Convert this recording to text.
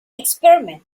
experiment